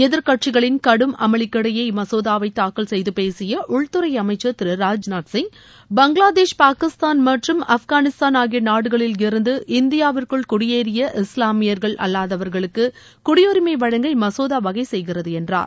எதிர்க்கட்சிகளின் கடும் அமளிக்கிடையே இம்மசோதவை தூக்கல் செய்து பேசிய உள்துறை அமைச்சர் திரு ராஜ்நாத் சிங் பங்களாதேஷ் பாகிஸ்தான் மற்றும் ஆப்கானிஸ்தான் ஆகிய நாடுகளில் இருந்து இந்தியாவிற்குள் குடியேறிய இஸ்வாமியர்கள் அல்வாதவர்களுக்கு குடியுரினம வழங்க இம்மசோதா வகைசெய்கிறது என்றார்